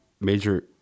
Major